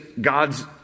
God's